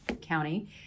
county